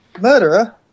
Murderer